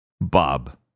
Bob